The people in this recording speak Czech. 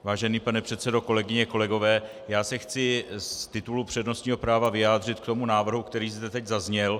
Vážený pane předsedo, kolegyně, kolegové, chci se z titulu přednostního práva vyjádřit k návrhu, který zde teď zazněl.